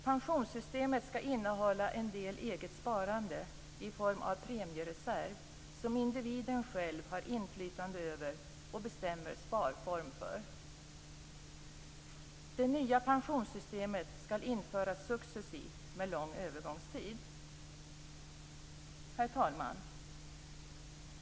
Pensionssystemet skall innehålla en del eget sparande i form av premiereserv som individen själv har inflytande över och bestämmer sparform för. Det nya pensionssystemet skall införas successivt med lång övergångstid. Herr talman!